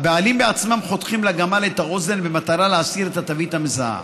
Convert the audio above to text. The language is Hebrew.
הבעלים בעצמם חותכים לגמל את האוזן במטרה להסיר את התווית המזהה.